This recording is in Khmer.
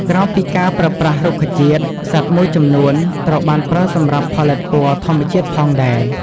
ក្រៅពីការប្រើប្រាស់រុក្ខជាតិ សត្វមួយចំនួន ត្រូវបានប្រើសម្រាប់ផលិតពណ៌ធម្មជាតិផងដែរ។